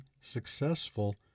successful